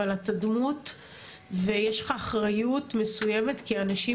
אבל אתה דמות ויש לך אחריות מסוימת כי אנשים